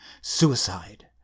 Suicide